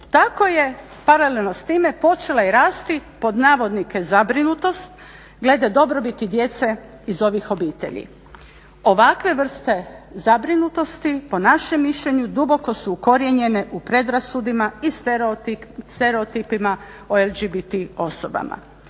tako je paralelno s time počela i rasti pod navodnike zabrinutost glede dobrobiti djece iz ovih obitelji. Ovakve vrste zabrinutosti po našem mišljenju duboko su ukorijenjene u predrasudama i stereotipima o LGBT osobama.